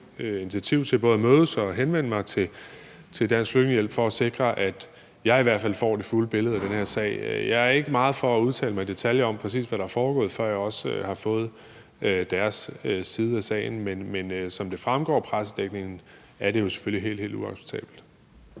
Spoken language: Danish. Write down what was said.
initiativ til både at mødes med og henvende mig til Dansk Flygtningehjælp for at sikre, at jeg i hvert fald får det fulde billede af den her sag. Jeg er ikke meget for at udtale mig i detaljer om præcis, hvad der er foregået, før jeg også har hørt deres side af sagen, men hvis det er, som det fremgår af pressedækningen, er det jo selvfølgelig helt, helt uacceptabelt